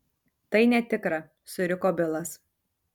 tai netikra suriko bilas